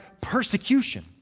persecution